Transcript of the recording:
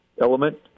element